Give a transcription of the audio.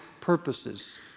purposes